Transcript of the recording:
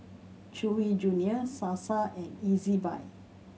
Chewy Junior Sasa and Ezbuy